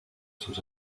sus